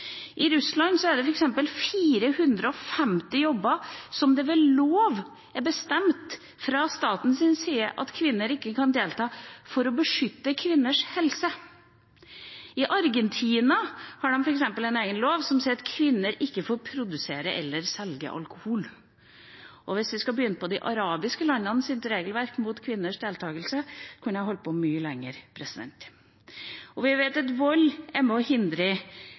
I Russland er det f.eks. 450 jobber der det fra statens side ved lov er bestemt at kvinner ikke kan delta – for å beskytte kvinners helse. I Argentina har de f.eks. en egen lov som sier at kvinner ikke får produsere eller selge alkohol. Hvis jeg begynner å nevne de arabiske landenes regelverk mot kvinners deltakelse, kunne jeg holdt på mye lenger. Vi vet at vold er med og hindrer mange kvinner i å delta ute i arbeidslivet. Vi vet at er